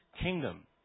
kingdom